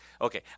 Okay